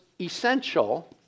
essential